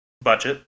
Budget